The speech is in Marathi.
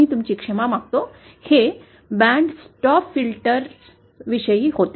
मी तुमची क्षमा मागतो हे बँड स्टॉप फिल्टर विषयी होते